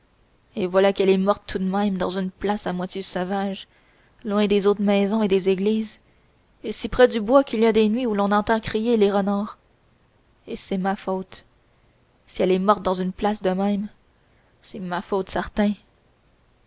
et voilà qu'elle est morte tout de même dans une place à moitié sauvage loin des autres maisons et des églises et si près du bois qu'il y a des nuits où l'on entend crier les renards et c'est ma faute si elle est morte dans une place de même c'est ma faute certain